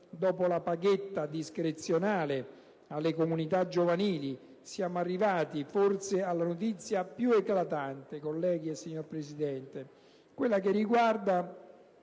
dopo la «paghetta» discrezionale alle comunità giovanili, siamo arrivati forse alla notizia più eclatante, signora Presidente e colleghi: quella che riguarda